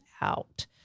out